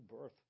birth